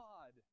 God